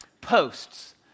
posts